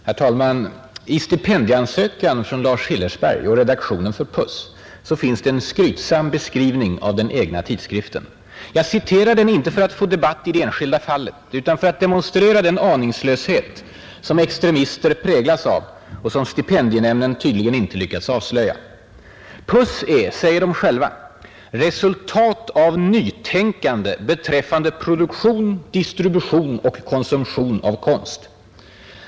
Herr talman! I stipendieansökan från Lars Hillersberg och redaktionen för Puss finns en skrytsam beskrivning av den egna tidskriften. Jag citerar den inte för att få en debatt i det enskilda fallet utan för att demonstrera den aningslöshet som extremister präglas av och som stipendienämnden tydligen inte lyckats avslöja. Puss är, säger de själva, ”resultat av nytänkande beträffande produktion, distribution och konsumtion av konst”.